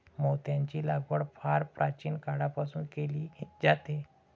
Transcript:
मोत्यांची लागवड फार प्राचीन काळापासून केली जाते